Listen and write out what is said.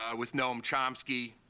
um with noam chomsky,